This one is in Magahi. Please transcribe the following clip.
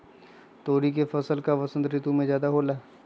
तोरी के फसल का बसंत ऋतु में ज्यादा होला?